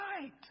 right